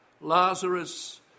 Lazarus